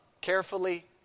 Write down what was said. carefully